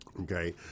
Okay